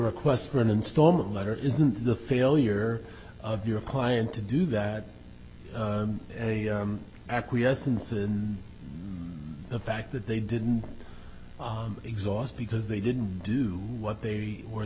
request for an installment letter isn't the failure of your client to do that acquiescence in the fact that they didn't exhaust because they didn't do what they were